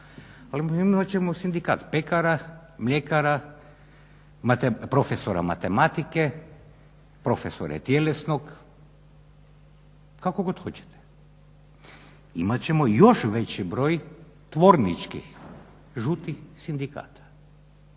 Ali mi hoćemo sindikat pekara, mljekara, imate prof. matematike, prof. tjelesnog, kako god hoćete. Imat ćemo još veći broj tvorničkih žutih sindikata